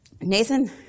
Nathan